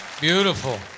Beautiful